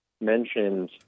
mentioned